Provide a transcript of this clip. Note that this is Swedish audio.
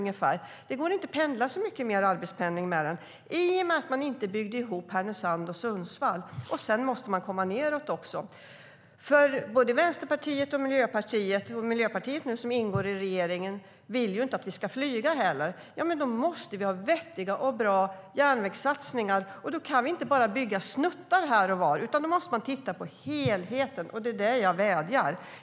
Det går inte att arbetspendla så mycket mer på den, i och med att man inte byggde ihop Härnösand och Sundsvall.Man måste kunna resa söderut också. Miljöpartiet, som ingår i regeringen, och Vänsterpartiet vill ju inte att vi ska flyga heller. Då måste vi ha vettiga järnvägssatsningar. Vi kan inte bara bygga snuttar här och var. Man måste titta på helheten, och det är det jag vädjar om.